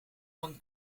van